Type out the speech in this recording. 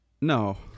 No